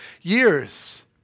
years